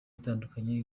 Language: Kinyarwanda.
itandukanye